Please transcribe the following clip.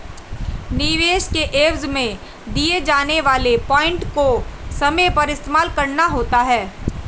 निवेश के एवज में दिए जाने वाले पॉइंट को समय पर इस्तेमाल करना होता है